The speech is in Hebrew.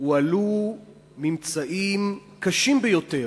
הועלו ממצאים קשים ביותר,